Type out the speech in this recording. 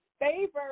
favorite